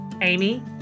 Amy